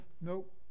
nope